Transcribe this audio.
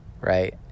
right